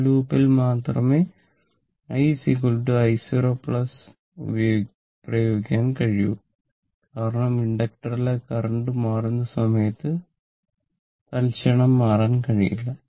ആ ലൂപ്പിൽ മാത്രമേ I i0 പ്രയോഗിക്കാൻ കഴിയൂ കാരണം ഇൻഡക്ടറിലെ കറന്റ് മാറുന്ന സമയത്ത് തൽക്ഷണം മാറാൻ കഴിയില്ല